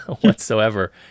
whatsoever